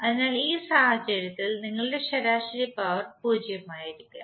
അതിനാൽ ഈ സാഹചര്യത്തിൽ നിങ്ങളുടെ ശരാശരി പവർ 0 ആയിരിക്കും